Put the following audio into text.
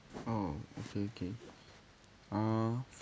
oh okay okay uh